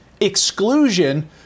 exclusion